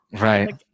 Right